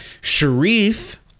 Sharif